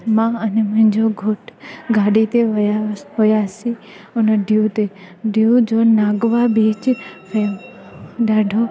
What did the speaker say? मां अने मुंहिंजो घोटु गाॾी ते विया हुसि हुआसीं हुन दीव ते दीव जो नागव बीच फेम ॾाढो